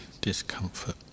discomfort